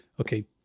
okay